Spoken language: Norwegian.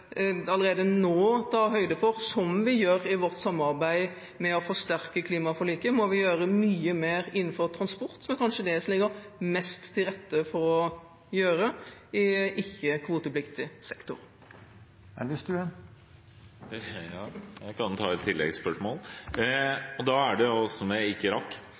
allerede nå ta høyde for, som vi gjør i vårt samarbeid for å forsterke klimaforliket, at vi må gjøre mye mer innenfor transport, som kanskje er det som ligger mest til rette for å gjøre i ikke-kvotepliktig sektor. Jeg kan ta et tilleggsspørsmål, som jeg ikke rakk.